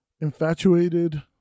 infatuated